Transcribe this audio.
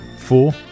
Four